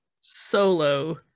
Solo